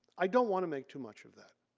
i don't want to make too much of that.